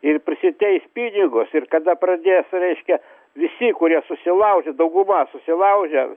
ir prisiteis pinigus ir kada pradės reiškia visi kurie susilaužė dauguma susilaužė